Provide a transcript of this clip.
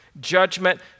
judgment